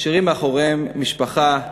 משאירים מאחוריהם משפחה,